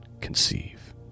conceive